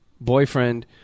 boyfriend